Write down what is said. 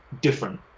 different